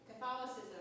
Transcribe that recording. Catholicism